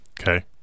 Okay